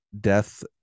death